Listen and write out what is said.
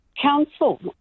council